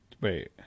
Wait